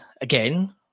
again